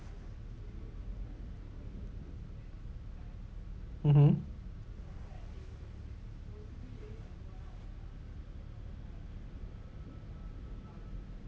mmhmm